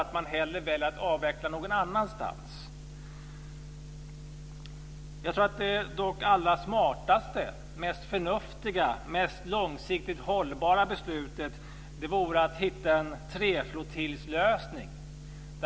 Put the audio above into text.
Man bör hellre välja att avveckla någon annanstans. Jag tror att det allra smartaste, mest förnuftiga och mest långsiktigt hållbara beslutet vore att hitta en treflottiljs-lösning.